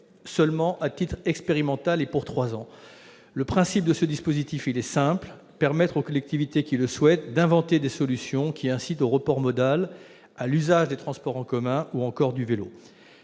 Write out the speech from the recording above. l'expérimentation des péages urbains, pour trois ans. Le principe de ce dispositif est simple : permettre aux collectivités qui le souhaitent d'inventer des solutions incitant au report modal, à l'usage des transports en commun ou du vélo.